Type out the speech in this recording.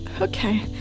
okay